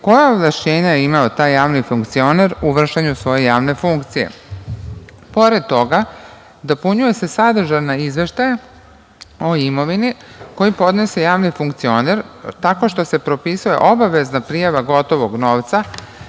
koja ovlašćenja je imao taj javni funkcioner u vršenju svoje javne funkcije. Pored toga, dopunjuje se sadržaj izveštaja o imovini koji podnosi javni funkcioner tako što se propisuje obavezna prijava gotovog novca,